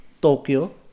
Tokyo